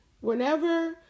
whenever